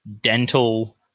dental